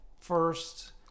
first